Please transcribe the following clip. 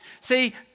See